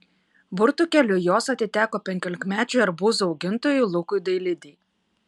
burtų keliu jos atiteko penkiolikmečiui arbūzų augintojui lukui dailidei